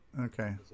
Okay